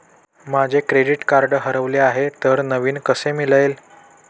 माझे credit card हरवले आहे तर नवीन कसे मिळेल?